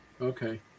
Okay